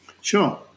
Sure